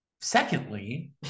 secondly